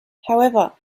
however